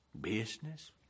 business